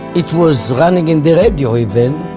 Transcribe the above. it was running in the radio even